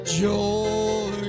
joy